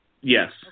Yes